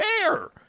care